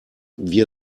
wie